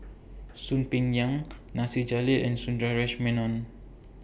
Soon Peng Yam Nasir Jalil and Sundaresh Menon